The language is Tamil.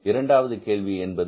இரண்டாவது கேள்வி என்பது என்ன